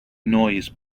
noise